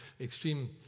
extreme